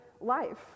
life